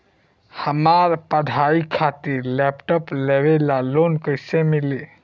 हमार पढ़ाई खातिर लैपटाप लेवे ला लोन कैसे मिली?